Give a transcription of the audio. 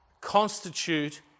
constitute